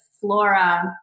flora